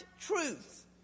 truth